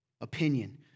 opinion